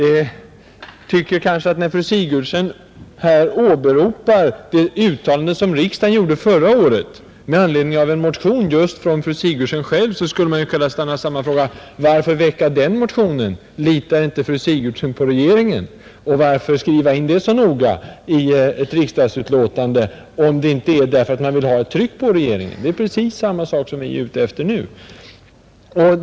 När fru Sigurdsen åberopade ett uttalande riksdagen gjorde förra året med anledning av en motion just från fru Sigurdsen själv, skulle man kunna ställa samma fråga: Varför väcka den motionen? Litar inte fru Sigurdsen på regeringen? Och varför skriva in detta så noggrant i ett riksdagsutlåtande om inte för att utöva ett tryck på regeringen? Det är precis samma sak som vi är ute efter nu.